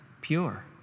pure